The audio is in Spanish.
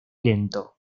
lento